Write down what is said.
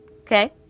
Okay